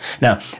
Now